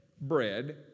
Bread